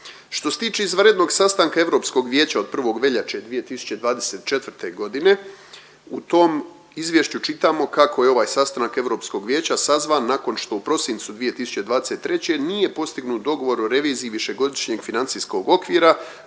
Što se tiče izvanrednog sastanka Europskog vijeća od 1. veljače 2024. godine, u tom izvješću čitamo kako je ovaj sastanak Europskog vijeća sazvan nakon što u prosincu 2023. nije postignut dogovor o reviziji višegodišnjeg financijskog okvira